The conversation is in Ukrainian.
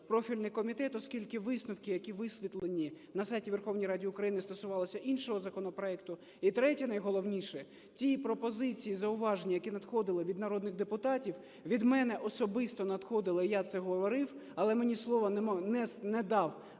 профільний комітет, оскільки висновки, які висвітлені на сайті Верховної Ради України, стосувалися іншого законопроекту. І третє, найголовніше. Ті пропозиції і зауваження, які надходили від народних депутатів, від мене особисто надходили, я це говорив, але мені слова не дав,